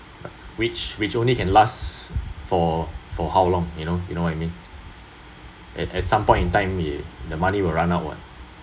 which which only can last for for how long you know you know what I mean at at some point in time it the money will run out [what]